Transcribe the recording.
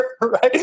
right